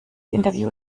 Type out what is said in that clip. interview